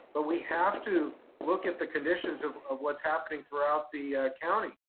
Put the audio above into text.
but we have to look at the conditions of of what's happening throughout the county.